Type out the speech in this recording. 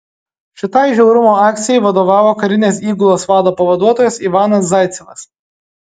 šitai žiaurumo akcijai vadovavo karinės įgulos vado pavaduotojas ivanas zaicevas